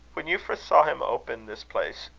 when euphra saw him open this place,